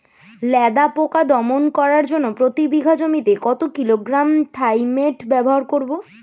লেদা পোকা দমন করার জন্য প্রতি বিঘা জমিতে কত কিলোগ্রাম থাইমেট ব্যবহার করব?